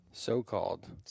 So-called